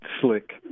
slick